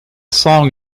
song